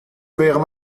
wären